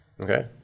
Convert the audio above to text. Okay